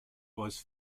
was